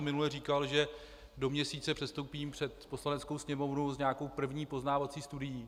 Minule jsem tu říkal, že do měsíce předstoupím před Poslaneckou sněmovnu s nějakou první poznávací studií.